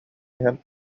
иһэн